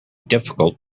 difficult